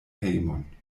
hejmon